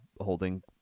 Holding